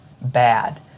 bad